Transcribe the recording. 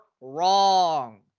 wrong